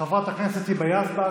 חברת הכנסת היבה יזבק.